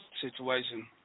situation